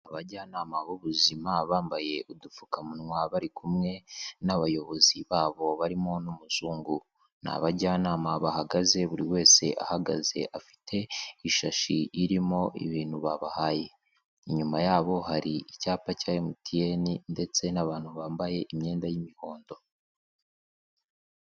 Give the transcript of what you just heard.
Abajyanama b'ubuzima bambaye udupfukamunwa bari kumwe n'abayobozi babo barimo n'umuzungu, ni abajyanama bahagaze buri wese ahagaze afite ishashi irimo ibintu babahaye, inyuma yabo hari icyapa cya MTN ndetse n'abantu bambaye imyenda y'imihondo.